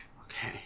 Okay